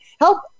help